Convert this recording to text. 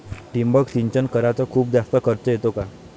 ठिबक सिंचन कराच खूप जास्त खर्च येतो का?